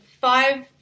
five